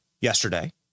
yesterday